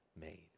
made